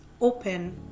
open